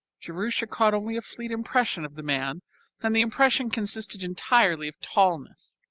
jerusha caught only a fleeting impression of the man and the impression consisted entirely of tallness.